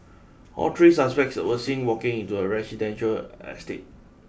all tree suspects were seen walking into a residential estate